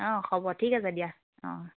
অঁ হ'ব ঠিক আছে দিয়া অঁ